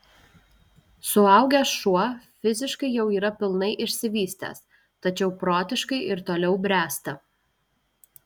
suaugęs šuo fiziškai jau yra pilnai išsivystęs tačiau protiškai ir toliau bręsta